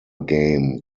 game